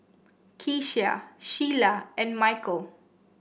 Keshia Shiela and Mykel